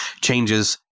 changes